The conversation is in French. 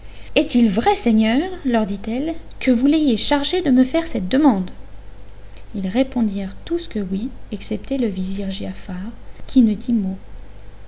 est-il vrai seigneurs leur dit-elle que vous l'ayez chargé de me faire cette demande ils répondirent tous que oui excepté le vizir giafar qui ne dit mot